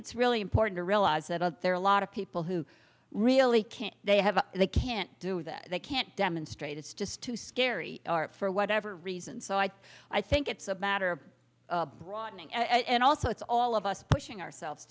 it's really important to realize that there are a lot of people who really can't they have they can't do that they can't demonstrate it's just too scary for whatever reason so i i think it's a matter broadening and also it's all of us pushing ourselves